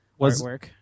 artwork